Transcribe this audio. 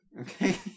Okay